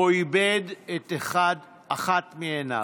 שבו איבד את אחת מעיניו.